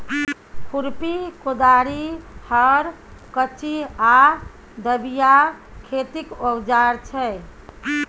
खुरपी, कोदारि, हर, कचिआ, दबिया खेतीक औजार छै